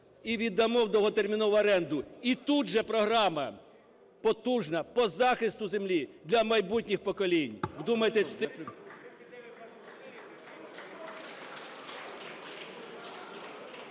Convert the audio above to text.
і віддамо в довготермінову оренду. І тут же програма потужна по захисту землі для майбутніх поколінь.